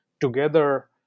together